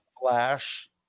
flash